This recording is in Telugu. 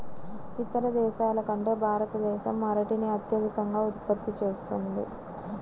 ఇతర దేశాల కంటే భారతదేశం అరటిని అత్యధికంగా ఉత్పత్తి చేస్తుంది